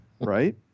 Right